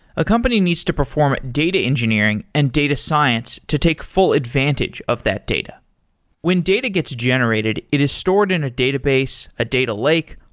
a company needs to perform data engineering and data science to take full advantage of that data when data gets generated, it is stored in a database, a data lake,